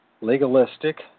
legalistic